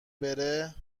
بره